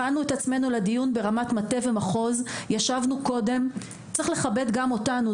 הכנו את עצמנו לדיון הזה ברמה של מטה ומחוז וצריך לכבד גם אותנו.